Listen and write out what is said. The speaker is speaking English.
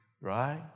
right